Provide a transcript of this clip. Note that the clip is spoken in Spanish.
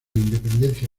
independencia